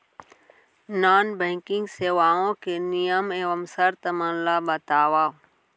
non banking सेवाओं के नियम एवं शर्त मन ला बतावव